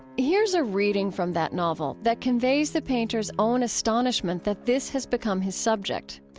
here's a reading from that novel that conveys the painter's own astonishment that this has become his subject.